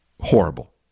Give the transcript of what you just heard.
horrible